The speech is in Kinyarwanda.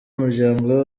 umuryango